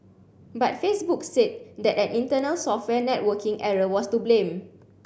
but Facebook said that an internal software networking error was to blame